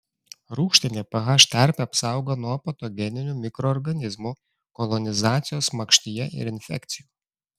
rūgštinė ph terpė apsaugo nuo patogeninių mikroorganizmų kolonizacijos makštyje ir infekcijų